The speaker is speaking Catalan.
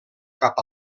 cap